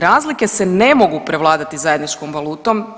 Razlike se ne mogu prevladati zajedničkom valutom.